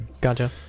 Gotcha